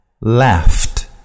Laughed